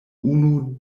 unu